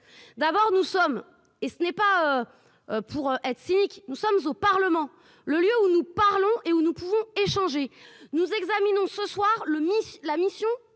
d'abord nous sommes et ce n'est pas pour être sic. Nous sommes au Parlement, le lieu où nous parlons, et où nous pouvons échanger nous examinons ce soir le la mission